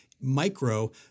Micro